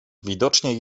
widocznie